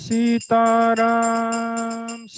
Sitaram